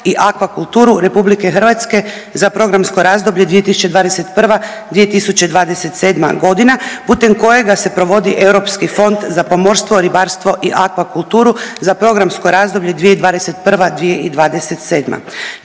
i akvakulturu RH za programsko razdoblje 2021.-2027.g. putem kojega se provodi Europski fond za pomorstvo, ribarstvo i akvakulturu za programsko razdoblje 2021.-2027..